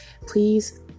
please